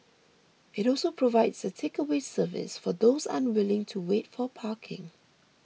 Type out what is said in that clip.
it also provides a takeaway service for those unwilling to wait for parking